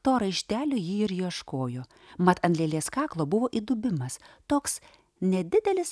to raištelio ji ir ieškojo mat ant lėlės kaklo buvo įdubimas toks nedidelis